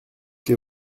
que